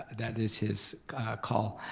that is his call.